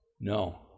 No